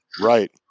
Right